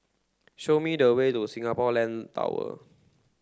show me the way to Singapore Land Tower